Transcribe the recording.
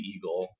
Eagle